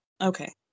okay